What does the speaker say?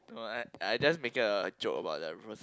I I just make it a a joke about the